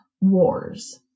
wars